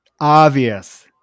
obvious